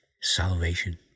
salvation